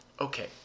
okay